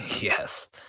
Yes